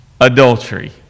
adultery